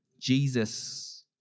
Jesus